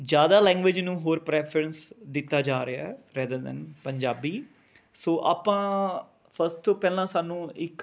ਜ਼ਿਆਦਾ ਲੈਂਗਵੇਜ਼ ਨੂੰ ਹੋਰ ਪਰੈਫਰੈਂਸ ਦਿੱਤਾ ਜਾ ਰਿਹਾ ਰੇਦਰ ਦੈਨ ਪੰਜਾਬੀ ਸੋ ਆਪਾਂ ਫਸਟ ਤੋਂ ਪਹਿਲਾਂ ਸਾਨੂੰ ਇੱਕ